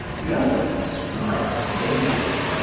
the other smiled gaily.